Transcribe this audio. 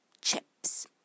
chips